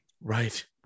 Right